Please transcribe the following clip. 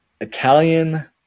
Italian